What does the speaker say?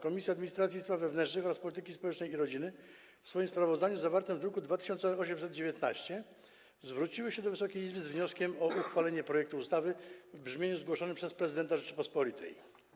Komisja Administracji i Spraw Wewnętrznych oraz Komisja Polityki Społecznej i Rodziny w swoim sprawozdaniu zawartym w druku nr 2819 zwróciły się do Wysokiej Izby z wnioskiem o uchwalenie projektu ustawy w brzmieniu zgłoszonym przez prezydenta Rzeczypospolitej.